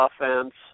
offense